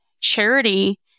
charity